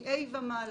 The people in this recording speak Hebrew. מ-A ומעלה.